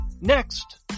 Next